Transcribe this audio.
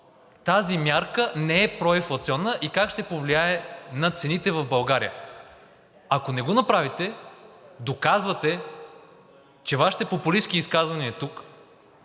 тази мярка не е проинфлационна и как ще повлияе на цените в България. Ако не го направите, доказвате, че Вашите популистки изказвания тук